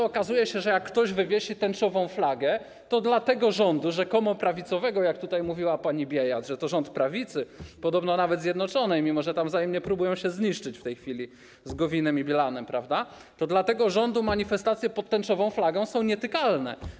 Okazuje się, że jak ktoś wywiesi tęczową flagę, to dla tego rządu, rzekomo prawicowego, jak tutaj mówiła pani Biejat, że to rząd Prawicy, podobno nawet Zjednoczonej, mimo że wzajemnie próbują się zniszczyć w tej chwili z Gowinem i Bielanem, manifestacje pod tęczową flagą są nietykalne.